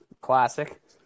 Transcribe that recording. Classic